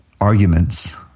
arguments